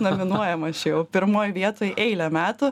nominuojamas čia jau pirmoj vietoj eilę metų